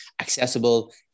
accessible